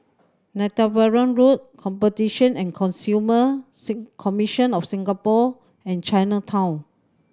Netheravon Road Competition and Consumer Sin Commission of Singapore and Chinatown